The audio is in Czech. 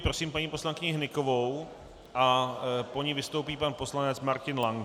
Prosím paní poslankyni Hnykovou a po ní vystoupí pan poslanec Martin Lank.